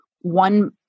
one